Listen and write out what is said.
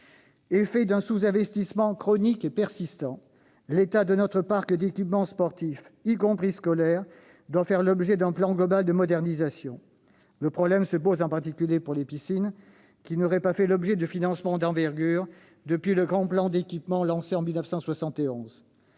d'un sous-investissement chronique et persistant, l'état de notre parc d'équipements sportifs, y compris scolaire, doit faire l'objet d'un plan global de modernisation. Le problème se pose, en particulier, pour les piscines, qui n'ont pas fait l'objet de financement d'envergure depuis le grand plan d'équipement lancé en 1971.